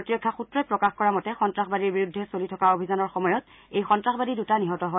প্ৰতিৰক্ষা সূত্ৰই প্ৰকাশ কৰা মতে সন্তাসবাদীৰ বিৰুদ্ধে চলি থকা অভিযান সময়ত এই সন্তাসবাদী দুটা নিহত হয়